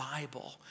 Bible